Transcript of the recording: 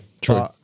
true